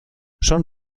son